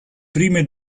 prime